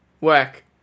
work